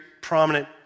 prominent